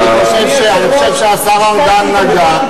אני חושב שהשר ארדן נגע,